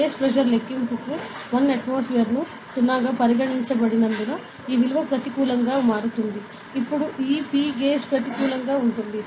gauge pressure లెక్కింపుకు 1 atmosphere ను 0 గా పరిగణించబడినందున ఈ విలువ ప్రతికూలంగా మారుతుంది ఇప్పుడు ఈ పి గేజ్ ప్రతికూలంగా ఉంటుంది